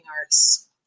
arts